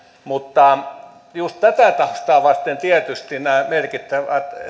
mutta just tätä taustaa vasten tietysti nämä merkittävät